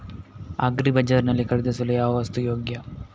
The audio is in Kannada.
ಅಗ್ರಿ ಬಜಾರ್ ನಲ್ಲಿ ಖರೀದಿಸಲು ಯಾವ ವಸ್ತು ಯೋಗ್ಯ?